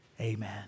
Amen